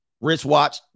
wristwatch